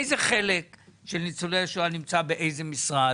איזה חלק של ניצולי השואה נמצא באיזה משרד,